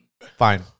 Fine